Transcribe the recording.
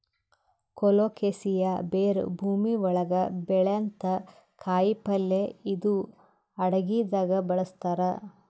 colocasia ಬೇರ್ ಭೂಮಿ ಒಳಗ್ ಬೆಳ್ಯಂಥ ಕಾಯಿಪಲ್ಯ ಇದು ಅಡಗಿದಾಗ್ ಬಳಸ್ತಾರ್